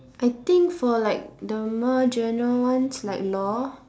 I think for like the more general ones like law